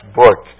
book